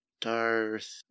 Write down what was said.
Darth